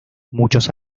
muchos